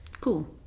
cool